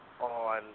on